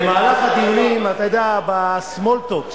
במהלך הדיונים, אתה יודע, ב-small talks,